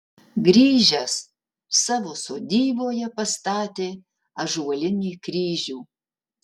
grįžęs savo sodyboje pastatė ąžuolinį kryžių